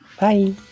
Bye